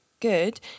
good